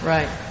Right